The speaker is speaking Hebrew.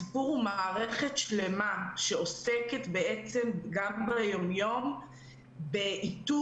הסיפור הוא מערכת שלמה שעוסקת בעצם גם ביום-יום באיתור